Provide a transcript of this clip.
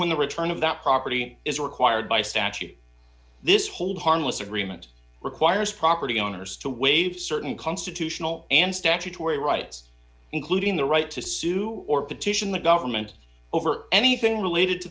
when the return of that property is required by statute this hold harmless agreement requires property owners to waive certain constitutional and statutory rights including the right to sue or petition the government over anything related to